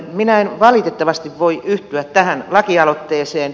minä en valitettavasti voi yhtyä tähän lakialoitteeseen